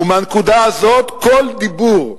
מהנקודה הזאת כל דיבור,